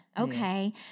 okay